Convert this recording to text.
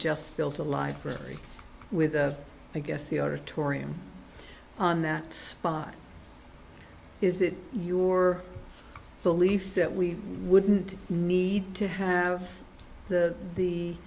just built a library with i guess the auditorium on that spot is it your belief that we wouldn't need to have the the